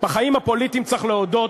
בחיים הפוליטיים צריך להודות